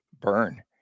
burn